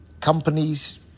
companies